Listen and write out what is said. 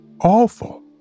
awful